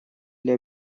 для